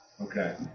Okay